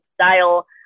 style